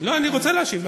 מפריע להם.